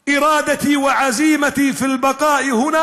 את רצוני ונחישותי להישאר פה